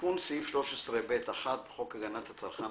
תיקון סעיף 13ב1. בחוק הגנת הצרכן,